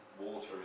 water